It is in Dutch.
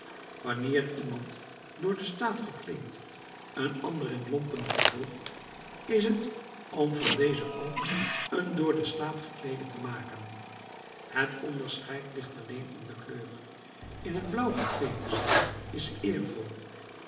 wanneer iemand door den staat gekleed een ander in lompen vervolgt is het om van dezen ook een door den staat gekleede te maken het onderscheid ligt alleen in de kleur in t blauw gekleed te zijn is eervol